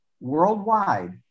worldwide